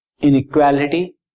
inequality